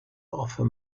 offer